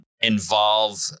involve